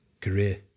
career